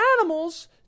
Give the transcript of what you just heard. animals